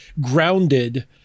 grounded